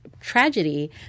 tragedy